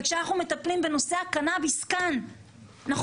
וכשאנחנו מטפלים בנושא הקנאביס כאן אנחנו